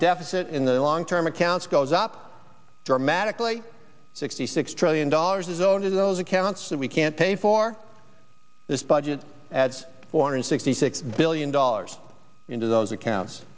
deficit in the long term accounts goes up dramatically sixty six trillion dollars is owed to those accounts that we can't pay for this budget as orne sixty six billion dollars into those accounts